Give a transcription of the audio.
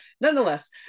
nonetheless